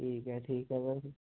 ਠੀਕ ਹੈ ਠੀਕ ਹੈ ਬਸ